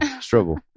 struggle